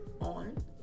on